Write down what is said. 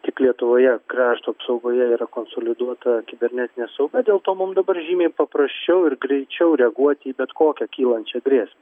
tik lietuvoje krašto apsaugoje yra konsoliduota kibernetinė sauga dėl to mum dabar žymiai paprasčiau ir greičiau reaguoti į bet kokią kylančią grėsmę